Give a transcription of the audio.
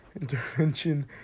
intervention